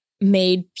made